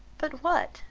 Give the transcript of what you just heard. but what,